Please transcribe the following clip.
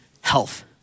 health